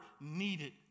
needed